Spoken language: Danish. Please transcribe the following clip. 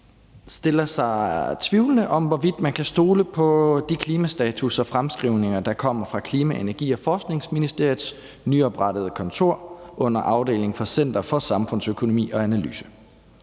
stiller sig tvivlende, i forhold til om man kan stole på de klimastatusser og -fremskrivninger, der kommer fra Klima-, Energi- og Forsyningsministeriets nyoprettede kontor under afdelingen Center for samfundsøkonomi og analyse.